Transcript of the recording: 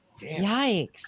Yikes